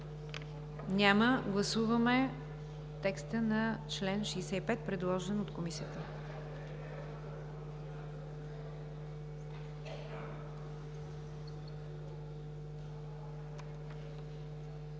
Няма. Гласуваме текста на чл. 65, предложен от Комисията.